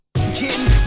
kidding